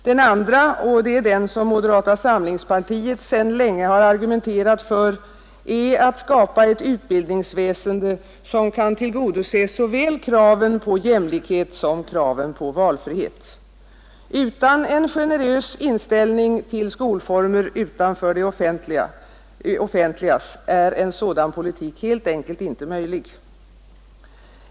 Den andra — och det är den som moderata samlingspartiet sedan länge argumenterat för — är att skapa ett utbildningsväsende som kan tillgodose såväl kraven på jämlikhet som kraven på valfrihet. Utan en generös inställning till skolformer utanför det offentligas är en sådan politik helt enkelt inte möjlig.